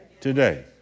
today